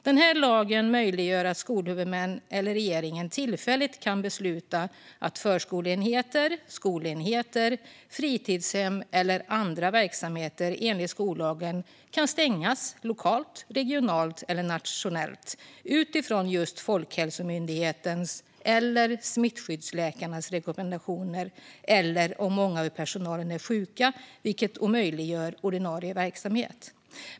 Den här lagen möjliggör att skolhuvudmän eller regeringen tillfälligt kan besluta att förskoleenheter, skolenheter, fritidshem eller andra verksamheter enligt skollagen kan stängas lokalt, regionalt eller nationellt utifrån just Folkhälsomyndighetens eller smittskyddsläkarnas rekommendationer eller om många i personalen är sjuka, vilket omöjliggör ordinarie verksamhet.